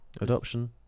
Adoption